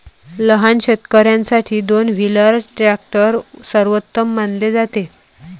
लहान शेतकर्यांसाठी दोन व्हीलर ट्रॅक्टर सर्वोत्तम मानले जाते